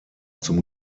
zum